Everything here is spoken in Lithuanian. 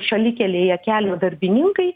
šalikelėje kelio darbininkai